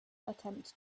attempt